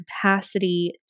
capacity